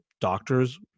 doctors